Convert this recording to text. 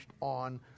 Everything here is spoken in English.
on